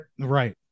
Right